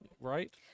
right